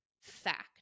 fact